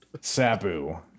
Sabu